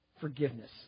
forgiveness